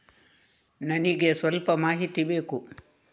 ನನಿಗೆ ಸ್ವಲ್ಪ ಮಾಹಿತಿ ಬೇಕು